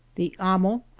the amo,